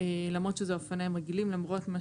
למרות שזה אופניים רגילים, למרות מה